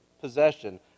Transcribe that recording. possession